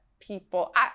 people